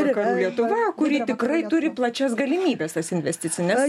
vakarų lietuva kuri tikrai turi plačias galimybes tas investicines